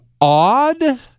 odd